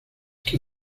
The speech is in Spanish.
que